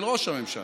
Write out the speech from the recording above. של ראש הממשלה,